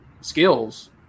skills